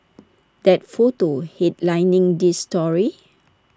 that photo headlining this story